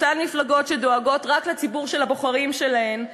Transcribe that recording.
אותן מפלגות שדואגות רק לציבור של הבוחרים שלהן,